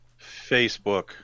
Facebook